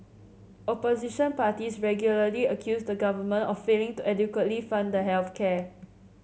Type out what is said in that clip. opposition parties regularly accuse the government of failing to adequately fund the health care